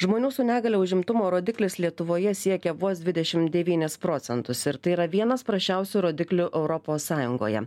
žmonių su negalia užimtumo rodiklis lietuvoje siekia vos dvidešim devynis procentus ir tai yra vienas prasčiausių rodiklių europos sąjungoje